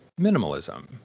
minimalism